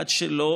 עד שלא